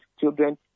children